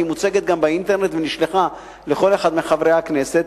והיא מוצגת גם באינטרנט ונשלחה לכל אחד מחברי הכנסת,